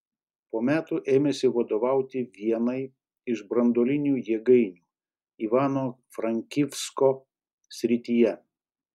po metų ėmėsi vadovauti vienai iš branduolinių jėgainių ivano frankivsko srityje